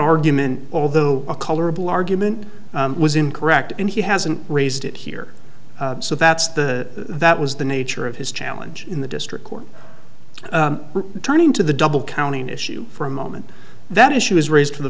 argument although a colorable argument was incorrect and he hasn't raised it here so that's the that was the nature of his challenge in the district court turning to the double counting issue for a moment that issue is raised for the